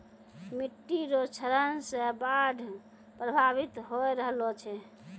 मिट्टी रो क्षरण से बाढ़ प्रभावित होय रहलो छै